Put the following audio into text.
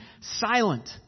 silent